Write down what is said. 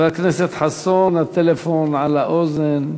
חבר הכנסת חסון, הטלפון על האוזן.